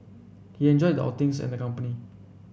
he enjoyed the outings and the company